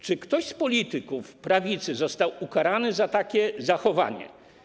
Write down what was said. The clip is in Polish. Czy ktoś z polityków prawicy został ukarany za takie zachowanie?